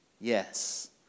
Yes